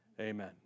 amen